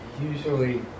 Usually